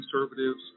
conservatives